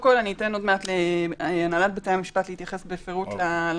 קודם כל אני אתן עוד מעט להנהלת בתי המשפט להתייחס בפירוט למחקר,